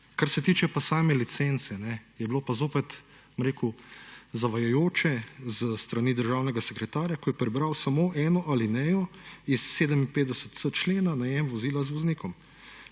Kar se tiče pa same licence, je bilo pa zopet, bom rekel, zavajajoče s strani državnega sekretarja, ko je prebral samo eno alinejo iz 57.c člena, najem vozila z voznikom.